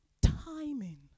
timing